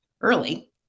early